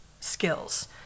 skills